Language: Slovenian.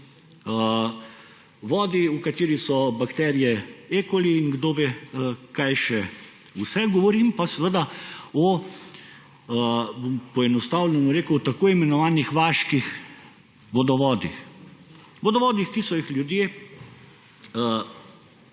vodi, v kateri so bakterije E.coli in kdo ve, kaj še vse. Govorim pa o, bom poenostavljeno rekel, tako imenovanih vaških vodovodih, vodovodih, ki so jih ljudje